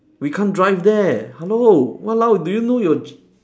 we can't drive there hello !walao! do you know your g~